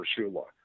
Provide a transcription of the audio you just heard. Shula